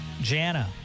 Jana